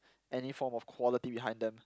any form of quality behind them